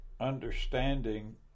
understanding